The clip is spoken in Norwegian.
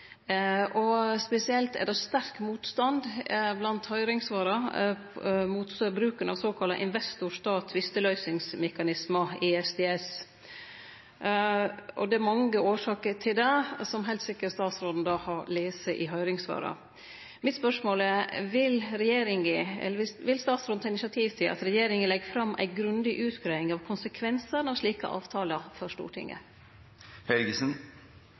og spesielt er det sterk motstand blant høyringssvara mot bruken av såkalla investor-stat-tvisteløysingsmekanismar, ISDS, og det er mange årsaker til det, som heilt sikkert statsråden har lese i høyringssvara. Mitt spørsmål er: Vil statsråden ta initiativ til at regjeringa legg fram ei grundig utgreiing av konsekvensane av slike avtalar for